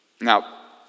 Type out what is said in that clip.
Now